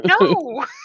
no